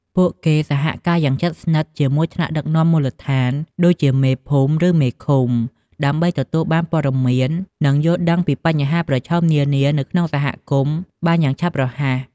ពួកគេសហការយ៉ាងជិតស្និទ្ធជាមួយថ្នាក់ដឹកនាំមូលដ្ឋាន ដូចជាមេភូមិ ឬមេឃុំ ដើម្បីទទួលបានព័ត៌មាន និងយល់ដឹងពីបញ្ហាប្រឈមនានានៅក្នុងសហគមន៍បានយ៉ាងឆាប់រហ័ស។